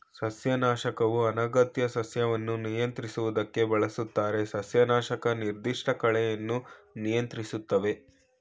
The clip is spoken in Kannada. ಸಸ್ಯನಾಶಕವು ಅನಗತ್ಯ ಸಸ್ಯನ ನಿಯಂತ್ರಿಸೋಕ್ ಬಳಸ್ತಾರೆ ಸಸ್ಯನಾಶಕ ನಿರ್ದಿಷ್ಟ ಕಳೆನ ನಿಯಂತ್ರಿಸ್ತವೆ